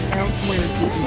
elsewhere